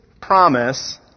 promise